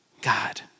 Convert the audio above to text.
God